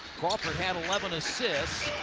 crawford had eleven assists.